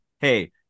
Hey